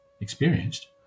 experienced